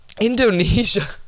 Indonesia